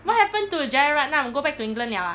what happened to jeyaratnam go back to england liao ah